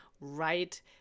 right